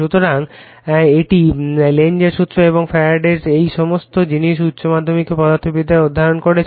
সুতরাং এটি লেনজের সূত্র এবং এই ফ্যারাডেস এই সমস্ত জিনিস উচ্চ মাধ্যমিক পদার্থবিদ্যায় অধ্যয়ন করেছে